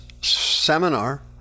seminar